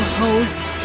host